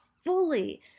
fully